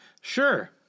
sure